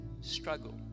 struggle